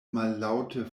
mallaŭte